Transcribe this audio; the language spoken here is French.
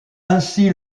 ainsi